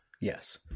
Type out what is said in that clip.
Yes